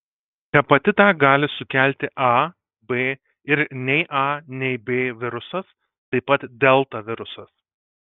hepatitą gali sukelti a b ir nei a nei b virusas taip pat delta virusas